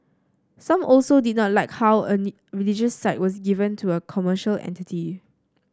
some also did not like how a religious site was given to a commercial entity